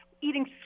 eating